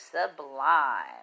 sublime